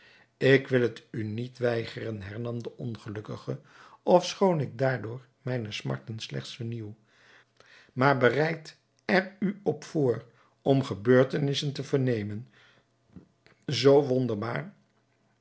ik wil het u niet weigeren hernam de ongelukkige ofschoon ik daardoor mijne smarten slechts vernieuw maar bereid er u op voor om gebeurtenissen te vernemen zoo wonderbaar